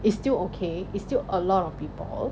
it's still okay it's still a lot of people